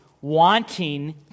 wanting